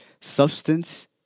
Substance